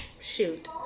Shoot